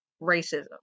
racism